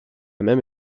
même